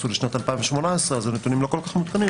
הוא לשנת 2018 אז הנתונים לא כל כך מעודכנים.